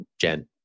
Jen